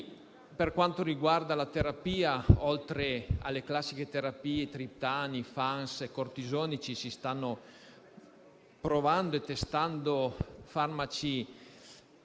Per quanto riguarda la terapia, oltre a quelle classiche (triptani, FANS e cortisonici) si stanno provando e testando farmaci